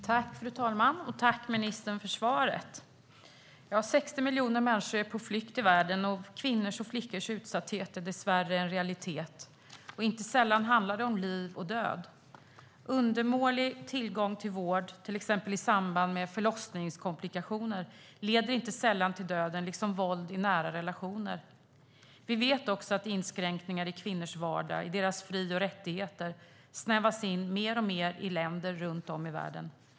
Fru talman! Jag vill tacka ministern för svaret. 60 miljoner människor är på flykt i världen, och kvinnors och flickors utsatthet är dessvärre en realitet. Inte sällan handlar det om liv och död. Undermålig tillgång till vård, till exempel i samband med förlossningskomplikationer, liksom våld i nära relationer leder ofta till döden. Vi vet också att inskränkningar i kvinnors vardag gör att deras fri och rättigheter snävas in alltmer i länder runt om i världen.